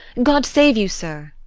god save you, sir.